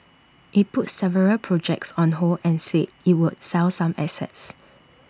IT put several projects on hold and said IT would sell some assets